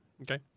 Okay